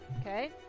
Okay